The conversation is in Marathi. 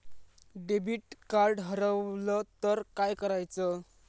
डेबिट कार्ड हरवल तर काय करायच?